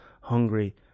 hungry